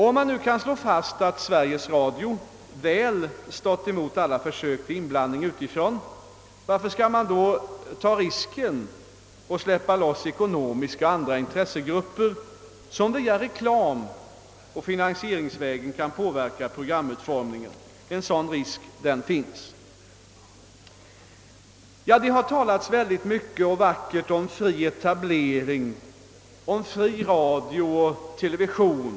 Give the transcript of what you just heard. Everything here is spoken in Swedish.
Om man nu kan slå fast att Sveriges Radio väl stått emot alla försök till inblandning utifrån — varför skall man då ta risken att släppa loss ekonomiska och andra intressegrupper som via reklam och finansieringsvägen kan påverka programutformningen? Det har talats mycket och vackert om fri etablering, om fri radio och television.